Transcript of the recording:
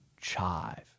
Chive